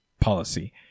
policy